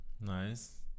Nice